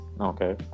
Okay